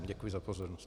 Děkuji za pozornost.